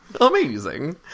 amazing